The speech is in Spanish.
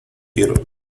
quiero